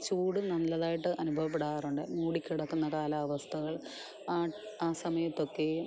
ചൂട് നല്ലതായിട്ട് അനുഭവപ്പെടാറുണ്ട് മൂടിക്കിടക്കുന്ന കാലാവസ്ഥകൾ ആ സമയത്തൊക്കെയും